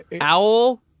Owl